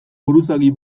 buruzagi